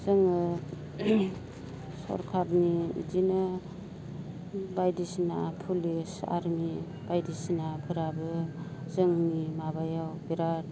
जोङो सरखारनि बिदिनो बायदिसिना पुलिस आरमि बायदिसिनाफोराबो जोंनि माबायाव बेराद